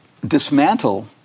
dismantle